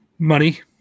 Money